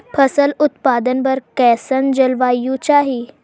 फसल उत्पादन बर कैसन जलवायु चाही?